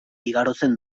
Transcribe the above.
igarotzen